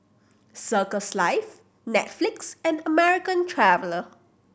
Circles Life Netflix and American Traveller